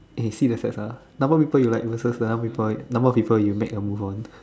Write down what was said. eh see the stats ah number of people you like versus the number of people number of people you make a move on